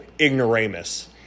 ignoramus